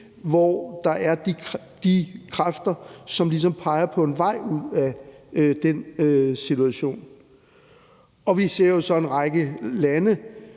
hvor der er de kræfter, som ligesom peger på en vej ud af den situation. Vi ser jo så en række lande,